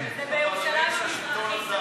ובירושלים המזרחית,